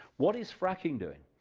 what is fracking doing?